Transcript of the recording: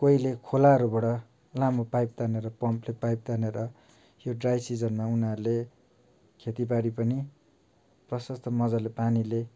कोहीले खोलाहरूबाट लामो पाइप तानेर पम्पले पाइप तानेर यो ड्राई सिजनमा उनीहरूले खेतीबाडी पनि प्रशस्त मजाले पानीले